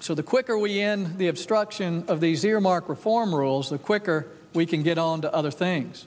so the quicker we end the obstruction of these earmark reform rules the quicker we can get on to other things